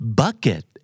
bucket